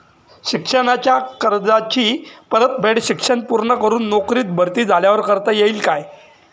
शिक्षणाच्या कर्जाची परतफेड शिक्षण पूर्ण करून नोकरीत भरती झाल्यावर करता येईल काय?